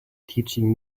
teaching